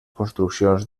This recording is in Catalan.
construccions